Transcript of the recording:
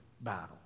battle